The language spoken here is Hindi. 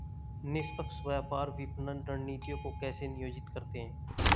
निष्पक्ष व्यापार विपणन रणनीतियों को कैसे नियोजित करते हैं?